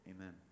Amen